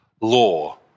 law